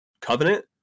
covenant